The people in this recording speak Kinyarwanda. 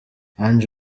ange